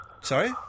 Sorry